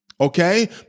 Okay